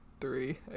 three